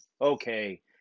Okay